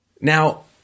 Now